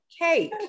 cake